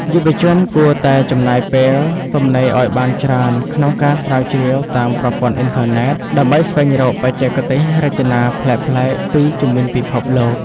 យុវជនគួរតែចំណាយពេលទំនេរឱ្យបានច្រើនក្នុងការស្រាវជ្រាវតាមប្រព័ន្ធអ៊ីនធឺណិត ដើម្បីស្វែងរកបច្ចេកទេសរចនាប្លែកៗពីជុំវិញពិភពលោក។